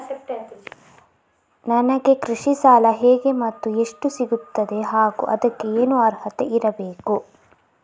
ನನಗೆ ಕೃಷಿ ಸಾಲ ಹೇಗೆ ಮತ್ತು ಎಷ್ಟು ಸಿಗುತ್ತದೆ ಹಾಗೂ ಅದಕ್ಕೆ ಏನು ಅರ್ಹತೆ ಇರಬೇಕು?